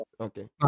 Okay